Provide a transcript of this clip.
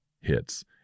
hits